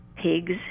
Pigs